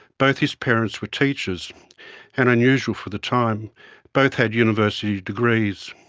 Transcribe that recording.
both his parents were teachers and unusual for the time both had university degrees.